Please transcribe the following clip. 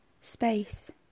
space